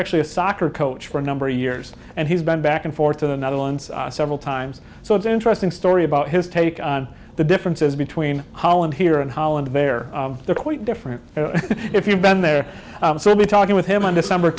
actually a soccer coach for a number of years and he's been back and forth to the netherlands several times so it's an interesting story about his take on the differences between holland here and holland where they're quite different if you've been there so i'll be talking with him in december